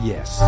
Yes